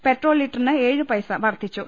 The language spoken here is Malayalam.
പെട്രോൾ ലിറ്ററിന് ഏഴ് പൈസ വർധിച്ചു